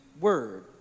word